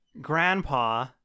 Grandpa